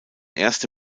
erste